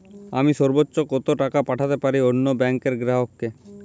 আমি সর্বোচ্চ কতো টাকা পাঠাতে পারি অন্য ব্যাংক র গ্রাহক কে?